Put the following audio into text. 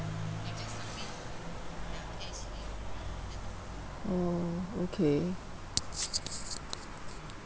oh okay